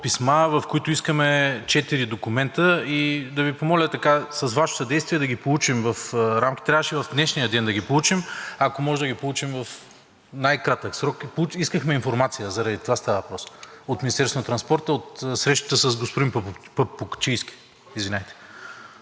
писма, в които искаме четири документа и да Ви помоля с Ваше съдействие да ги получим. Трябваше в днешния ден да ги получим, но ако може да ги получим в най-кратък срок. Искахме информация – заради това става въпрос, от Министерството на транспорта от срещата с господин Папукчийски. Благодаря.